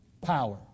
power